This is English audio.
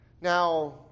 Now